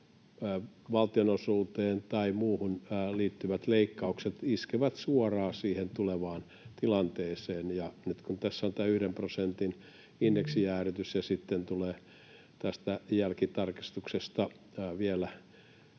valtionosuuteen tai muuhun liittyvät leikkaukset iskevät suoraan siihen tulevaan tilanteeseen. Nyt tässä on tämä yhden prosentin indeksijäädytys, ja sitten tulee tästä jälkitarkastuksesta vielä aika